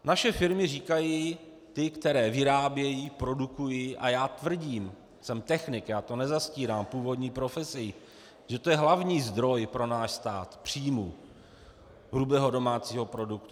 Naše firmy říkají, ty, které vyrábějí, produkují, a já tvrdím, jsem technik, já to nezastírám, původní profesí, že to je hlavní zdroj pro náš stát příjmů hrubého domácího produktu.